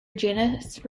janice